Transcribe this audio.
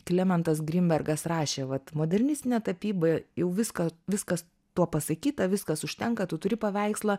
klementas grinbergas rašė vat modernistinė tapyba jau viską viskas tuo pasakyta viskas užtenka tu turi paveikslą